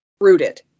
rooted